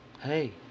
Hey